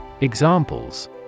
Examples